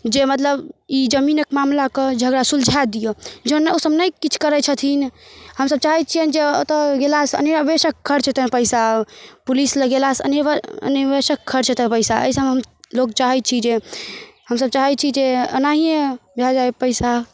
जे मतलब ई जमीनके मामिलाके झगड़ा सुलझा दिअऽ जाहिमे ओसभ नहि किछु करै छथिन हमसभ चाहै छिअनि जे ओतऽ गेलासँ अनावश्यक खर्च हेतनि पइसा पुलिसलग गेलासँ अने अनावश्यक खर्च हेतै पइसा एहिसँ लोक चाहै छी जे हमसभ चाहै छी जे एनाहिए भऽ जाए पइसा